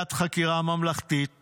ועדת חקירה ממלכתית